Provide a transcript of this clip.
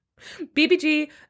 bbg